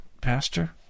pastor